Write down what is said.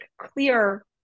clear